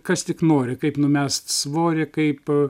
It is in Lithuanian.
kas tik nori kaip numest svorį kaip